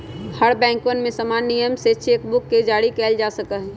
हर बैंकवन में समान नियम से चेक बुक के जारी कइल जा सका हई